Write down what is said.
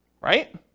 right